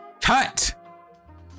cut